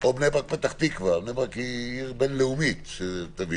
או בני ברק-פתח תקווה בני ברק היא עיר בינלאומית על